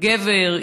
גבר,